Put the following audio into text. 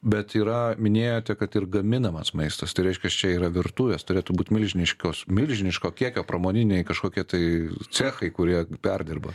bet yra minėjote kad ir gaminamas maistas tai reiškias čia yra virtuvės turėtų būt milžiniškos milžiniško kiekio pramoniniai kažkokie tai cechai kurie perdirba